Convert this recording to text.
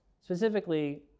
specifically